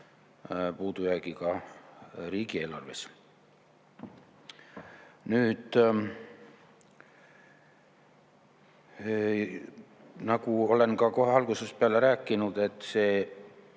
puudujäägiga riigieelarves. Nüüd, nagu ma olen algusest peale rääkinud, et see